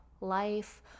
life